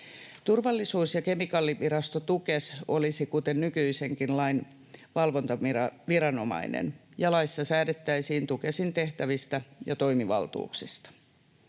Turvallisuus- ja kemikaalivirasto Tukes olisi, kuten nykyisinkin, lain valvontaviranomainen, ja laissa säädettäisiin Tukesin tehtävistä ja toimivaltuuksista.